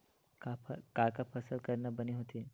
का का फसल करना बने होथे?